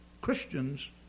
Christians